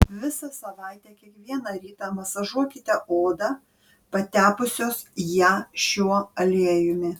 visą savaitę kiekvieną rytą masažuokite odą patepusios ją šiuo aliejumi